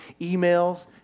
emails